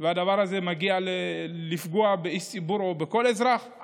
והדבר הזה מגיע לפגיעה באיש ציבור או בכל אזרח,